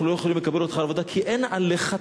אנחנו לא יכולים לקבל אותך לעבודה כי אין עליך תמריצים.